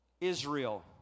Israel